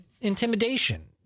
intimidation